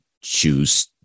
choose